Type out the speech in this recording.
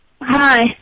Hi